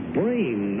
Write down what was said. brain